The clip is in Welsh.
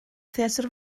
theatr